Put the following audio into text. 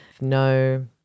no